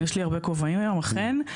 יש לי הרבה כובעים היום, אכן.